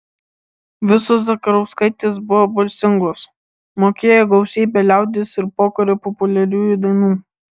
visos zakarauskaitės buvo balsingos mokėjo gausybę liaudies ir pokario populiariųjų dainų